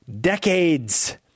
decades